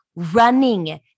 Running